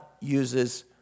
uses